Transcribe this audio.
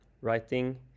writing